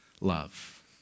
love